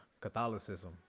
Catholicism